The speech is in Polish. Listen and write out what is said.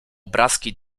obrazki